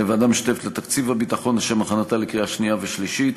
לוועדה המשותפת לתקציב הביטחון לשם הכנתה לקריאה שנייה וקריאה שלישית.